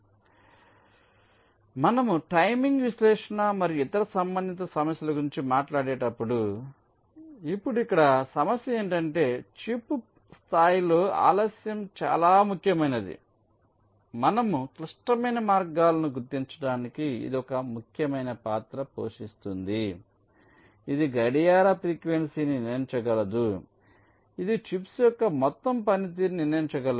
కాబట్టి మనము టైమింగ్ విశ్లేషణ మరియు ఇతర సంబంధిత సమస్యల గురించి మాట్లాడేటప్పుడు ఇప్పుడు ఇక్కడ సమస్య ఏమిటంటే చిప్ స్థాయిలో ఆలస్యం చాలా ముఖ్యమైనది మరియు క్లిష్టమైన మార్గాలను గుర్తించడానికి ఇది ఒక ముఖ్యమైన పాత్ర పోషిస్తుంది ఇది గడియార ఫ్రీక్వెన్సీని నిర్ణయించగలదు ఇది చిప్స్ యొక్క మొత్తం పనితీరును నిర్ణయించగలదు